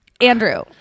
Andrew